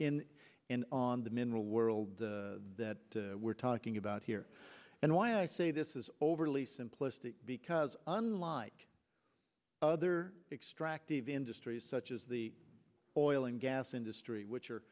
in an on the mineral world that we're talking about here and why i say this is overly simplistic because unlike other extractive industries such as the oil and gas industry which are